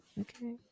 Okay